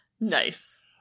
Nice